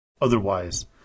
Otherwise